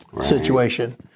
situation